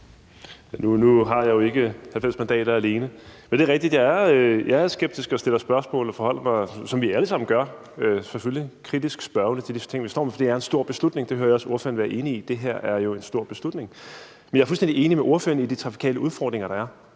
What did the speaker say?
Nu har jeg jo ikke 90 mandater alene, men det er rigtigt, at jeg er skeptisk, stiller spørgsmål og forholder mig, som vi alle sammen gør, selvfølgelig kritisk spørgende til de ting, vi står med. For det er en stor beslutning, og det hører jeg også ordføreren være enig i. Det her er jo en stor beslutning. Men jeg er fuldstændig enig med ordføreren i, at der er trafikale udfordringer. Jeg er